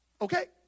Okay